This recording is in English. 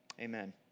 Amen